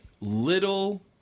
little